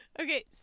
Okay